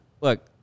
Look